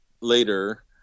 later